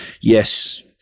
Yes